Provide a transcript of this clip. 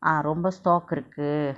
ah ரொம்ப:romba stoke இருக்கு:irukku